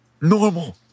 normal